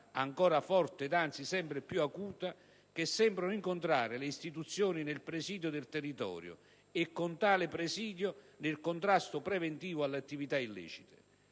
ancora forte ed anzi sempre più acuta, che sembrano incontrare le istituzioni nel presidio del territorio e, con tale presidio, nel contrasto preventivo alle attività illecite.